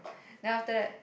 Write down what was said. then after that